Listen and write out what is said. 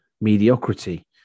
mediocrity